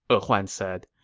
e huan said.